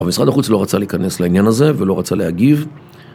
המשרד החוץ לא רצה להיכנס לעניין הזה ולא רצה להגיב